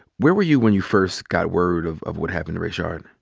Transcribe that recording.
where were you when you first got word of of what happened to rayshard?